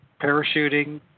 parachuting